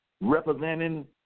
representing